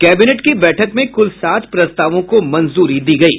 cabinet की बैठक में कुल सात प्रस्तावों को मंजूरी दी गयी